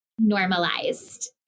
normalized